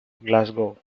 glasgow